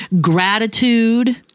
gratitude